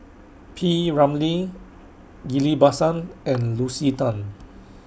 P Ramlee Ghillie BaSan and Lucy Tan